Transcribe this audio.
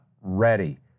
ready—